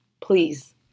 please